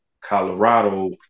Colorado